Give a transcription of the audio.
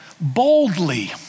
boldly